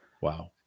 Wow